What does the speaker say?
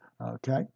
Okay